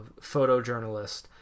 photojournalist